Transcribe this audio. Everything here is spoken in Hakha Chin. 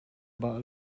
bah